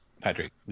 Patrick